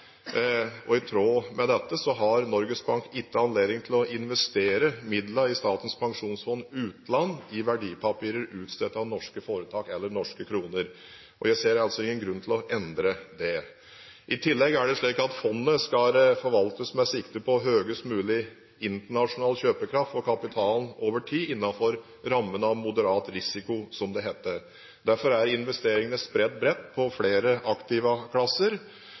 I tråd med dette har Norges Bank ikke anledning til å investere midlene i Statens pensjonsfond utland i verdipapirer utstedt av norske foretak eller i norske kroner. Jeg ser ingen grunn til å endre det. I tillegg er det slik at fondet skal forvaltes med sikte på høyest mulig internasjonal kjøpekraft for kapitalen over tid, innenfor rammen av moderat risiko, som det heter. Derfor er investeringene spredt bredt på flere aktivaklasser.